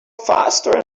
faster